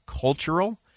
cultural